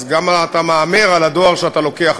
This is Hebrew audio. אז אתה מהמר גם על הדואר שאתה לוקח.